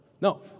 No